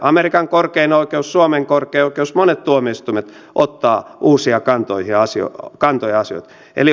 amerikan korkein oikeus suomen korkein oikeus monet tuomioistuimet ottavat uusia kantoja asioihin